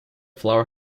flower